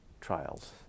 trials